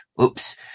Oops